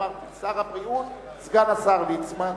אמרתי: שר הבריאות סגן השר ליצמן,